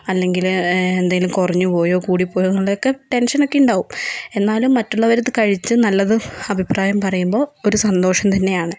അല്ലെങ്കില് എന്തേലും കുറഞ്ഞ് പോയോ കൂടിപ്പോയോ എന്നുള്ളതൊക്കെ ടെൻഷനൊക്കെ ഉണ്ടാവും എന്നാലും മറ്റുളവരിത് കഴിച്ച് നല്ലത് അഭിപ്രായം പറയുമ്പോൾ ഒരു സന്തോഷം തന്നെയാണ്